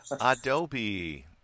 Adobe